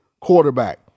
quarterback